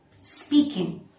speaking